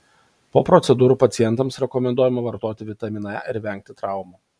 po procedūrų pacientams rekomenduojama vartoti vitaminą e ir vengti traumų